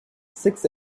six